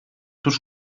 tuż